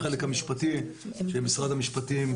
בחלק המשפטי של משרד המשפטים,